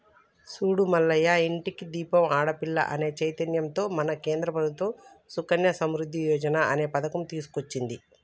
చూడు మల్లయ్య ఇంటికి దీపం ఆడపిల్ల అనే చైతన్యంతో మన కేంద్ర ప్రభుత్వం సుకన్య సమృద్ధి యోజన అనే పథకం తీసుకొచ్చింది